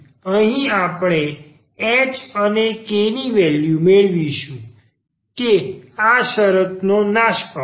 તેથી અહીં હવે આપણે h અને k ની વેલ્યૂ મેળવીશું કે આ શરતો નાશ પામશે